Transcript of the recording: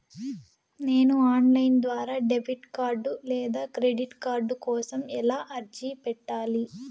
నేను online ద్వారా debit card లేదా క్రెడిట్ కార్డు కోసం ఎలా అర్జీ పెట్టాలి?